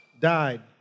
died